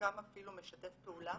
וחלקם אפילו משתף פעולה,